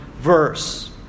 verse